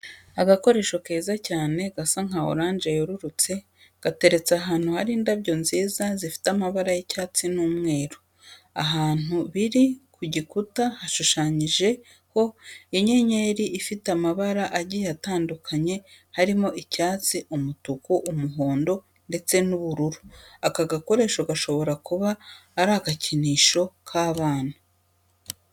Agakoresho keza cyane gasa nka oranje yerurutse gateretse ahantu hari indabyo nziza zifite amabara y'icyatsi n'umweru. Ahantu biri ku gikuta hashushanyijeho inyenyeri ifite amabara agiye atandukanye harimo icyatsi, umutuku, umuhondo ndetse n'ubururu. Aka gakoresho gashobora kuba ari agakinisho k'abana.